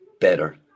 Better